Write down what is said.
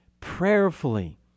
prayerfully